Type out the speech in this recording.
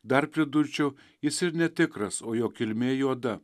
dar pridurčiau jis ir netikras o jo kilmė juoda